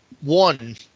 one